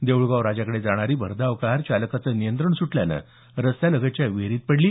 देऊळगावराजाकडे जाणारी भरधाव कार चालकाचं नियंत्रण सुटल्यानं रस्त्यागलतच्या विहिरीत जाऊन पडली